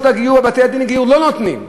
הגיור ובתי-הדין לגיור לא נותנים להם.